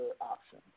option